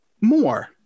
more